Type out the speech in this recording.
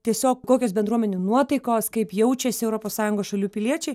tiesiog kokios bendruomenių nuotaikos kaip jaučiasi europos sąjungos šalių piliečiai